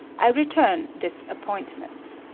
i return this appointment.